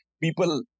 people